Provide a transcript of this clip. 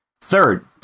Third